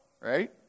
right